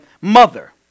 mother